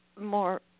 more